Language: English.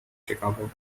chicago